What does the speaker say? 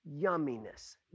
yumminess